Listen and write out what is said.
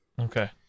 okay